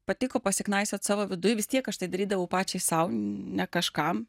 patiko pasiknaisiot savo viduj vis tiek aš tai darydavau pačiai sau ne kažkam